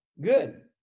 Good